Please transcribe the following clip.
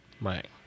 Right